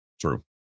True